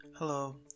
Hello